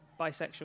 bisexual